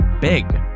big